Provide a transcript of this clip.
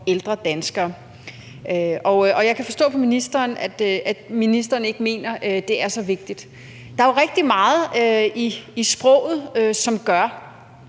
ældre danskere. Jeg kan forstå på ministeren, at ministeren ikke mener, det er så vigtigt. Der er jo rigtig meget i sproget, som gør,